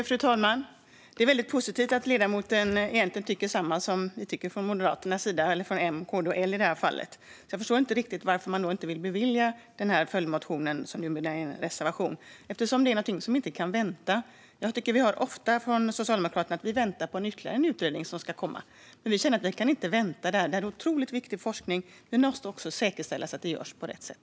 Fru talman! Det är positivt att ledamoten egentligen tycker likadant som Moderaterna - eller som M, KD och L i det här fallet. Därför förstår jag inte riktigt varför man inte vill bevilja vår följdmotion, som numera är en reservation. Det här är något som inte kan vänta. Jag tycker att vi ofta hör från Socialdemokraterna att de väntar på ytterligare en utredning som ska komma, men vi känner att det här inte kan vänta. Det här är otroligt viktig forskning, men det måste också säkerställas att den görs på rätt sätt.